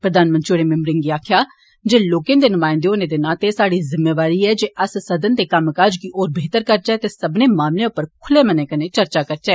प्रधानमंत्री होरें मिम्बरें गी आक्खेया जे लोकें दे न्मायंदे होने दे नाते एह साहडी जिम्मेदारी ऐ जे अस सदन दे कम्म काज गी होर बेहतर करचे ते सब्बने मामलें उप्पर ख्ल्ले मनै नै चर्चा करचे